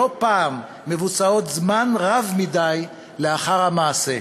שלא פעם מבוצעים זמן רב מדי לאחר המעשה.